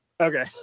Okay